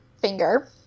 finger